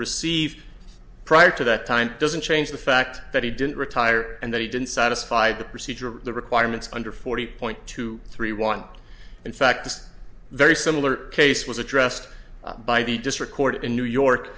receive prior to that time doesn't change the fact that he didn't retire and that he didn't satisfy the procedure the requirements under forty point two three one in fact it's very similar case was addressed by the district court in new york